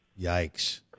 Yikes